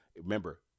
remember